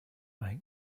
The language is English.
make